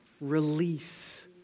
Release